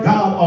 God